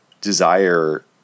desire